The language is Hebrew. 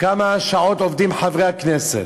כמה שעות עובדים חברי הכנסת.